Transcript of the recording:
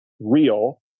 real